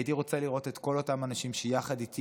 הייתי רוצה לראות את כל אותם אנשים שיחד איתי